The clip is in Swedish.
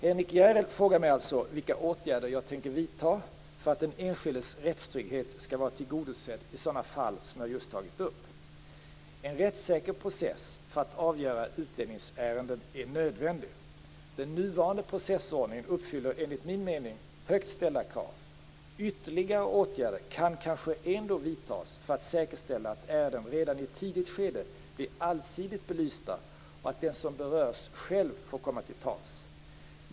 Henrik S Järrel frågar mig alltså vilka åtgärder jag tänker vidta för att den enskildes rättstrygghet skall vara tillgodosedd i sådana fall som jag just tagit upp. En rättssäker process för att avgöra utlänningsärenden är nödvändig. Den nuvarande processordningen uppfyller enligt min mening högt ställda krav. Ytterligare åtgärder kan kanske ändå vidtas för att säkerställa att ärendena redan i ett tidigt skede blir allsidigt belysta och att den som berörs själv får komma till tals.